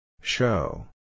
Show